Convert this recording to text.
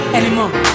anymore